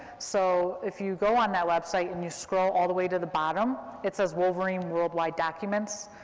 so if you go on that website, and you scroll all the way to the bottom, it says wolverine worldwide documents,